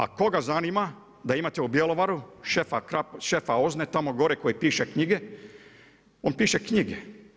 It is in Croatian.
A koga zanima da imate u Bjelovaru šefa OZNA-e tamo gore koji piše knjige, on piše knjige.